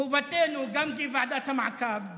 חובתנו גם כוועדת המעקב,